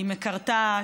היא מקרטעת,